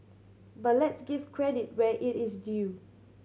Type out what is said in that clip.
but let's give credit where it is due